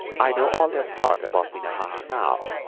i know all that part about minnehaha now,